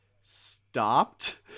stopped